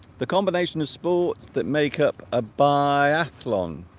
the combination of sports that make up a biathlon